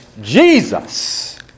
Jesus